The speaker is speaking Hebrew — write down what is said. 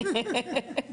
הצבעה בעד,